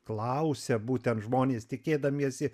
klausia būtent žmonės tikėdamiesi